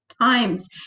times